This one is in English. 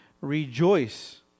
rejoice